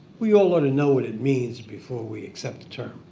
we all ought to know what it means before we accept the term.